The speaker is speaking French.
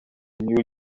new